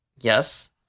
Yes